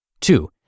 Two